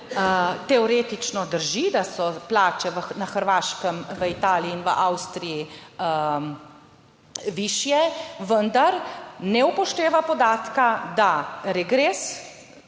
Teoretično drži, da so plače na Hrvaškem, v Italiji in v Avstriji višje, vendar ne upošteva podatka, da regres